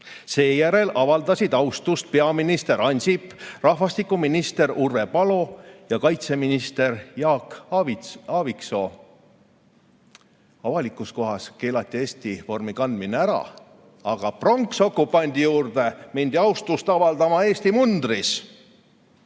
Seejärel avaldasid austust peaminister Ansip, rahvastikuminister Urve Palo ja kaitseminister Jaak Aaviksoo. Avalikus kohas keelati Eesti vormi kandmine ära, aga pronksokupandi juurde mindi austust avaldama Eesti mundris!